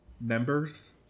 members